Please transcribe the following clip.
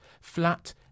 Flat